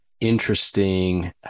interesting